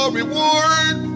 reward